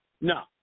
No